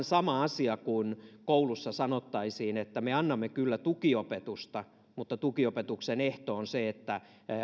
sama asia kuin koulussa sanottaisiin että me annamme kyllä tukiopetusta mutta tukiopetuksen ehto on se että